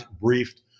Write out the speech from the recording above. briefed